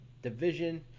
division